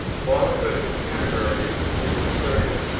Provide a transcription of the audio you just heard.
boniface of canterbury is inserted,